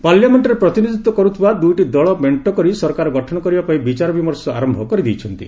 ପାର୍ଲାମେଷ୍ଟରେ ପ୍ରତିନିଧିତ୍ୱ କରୁଥିବା ଦୁଇଟି ଦଳ ମେଣ୍ଟ କରି ସରକାର ଗଠନ କରିବା ପାଇଁ ବିଚାର ବିମର୍ଶ ଆରମ୍ଭ କରିଦେଇଛନ୍ତି